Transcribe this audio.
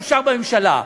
אושר בממשלה,